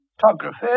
Photography